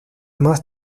más